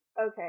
Okay